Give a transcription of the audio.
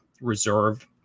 reserve